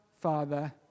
Father